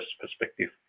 perspective